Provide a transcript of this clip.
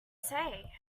say